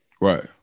Right